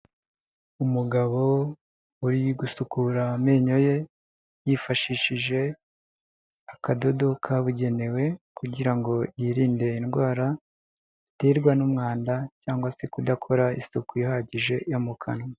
Umugabo uri gusukura amenyo ye yifashishije akadodo kabugenewe kugira ngo yirinde indwara iterwa n'umwanda cyangwa se kudakora isuku ihagije yo mu kanwa.